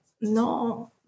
no